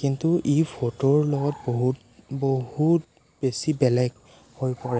কিন্তু ই ফটোৰ লগত বহুত বহুত বেছি বেলেগ হৈ পৰে